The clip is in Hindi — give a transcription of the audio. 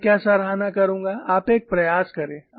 तो मैं क्या सराहना करूंगा आप एक प्रयास करें